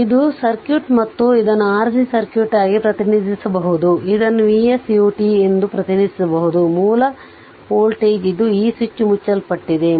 ಆದ್ದರಿಂದ ಇದು ಸರ್ಕ್ಯೂಟ್ ಮತ್ತು ಇದನ್ನು RC ಸರ್ಕ್ಯೂಟ್ ಆಗಿ ಪ್ರತಿನಿಧಿಸಬಹುದು ಇದನ್ನು V s u ಎಂದು ಪ್ರತಿನಿಧಿಸಬಹುದು ಮೂಲ ವೋಲ್ಟೇಜ್ ಇದು ಈ ಸ್ವಿಚ್ ಮುಚ್ಚಲ್ಪಟ್ಟಿದೆ